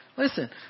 listen